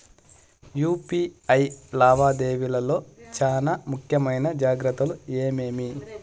UPI లావాదేవీల లో చానా ముఖ్యమైన జాగ్రత్తలు ఏమేమి?